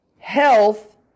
Health